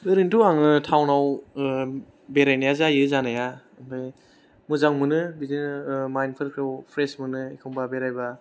ओरैनोथ' आङो टाउनाव बेरायनाया जायो जानाया मोजां मोनो माइन्दफोरखौ फ्रेस मोनो एखनबा बेरायबा